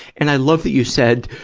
and i love that you said,